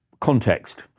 context